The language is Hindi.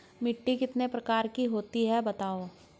मिट्टी कितने प्रकार की होती हैं बताओ?